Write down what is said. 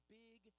big